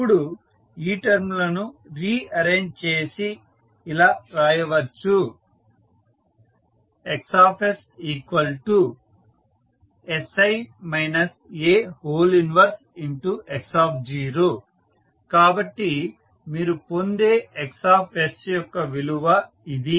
ఇప్పుడు ఈ టర్మ్ లను రీ అరేంజ్ చేసి ఇలా రాయవచ్చు XssI A 1x0 కాబట్టి మీరు పొందే Xsయొక్క విలువ ఇది